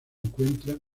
encuentra